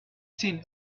seen